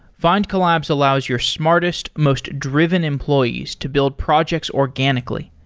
findcollabs allows your smartest, most driven employees, to build projects organically.